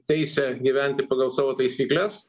teisę gyventi pagal savo taisykles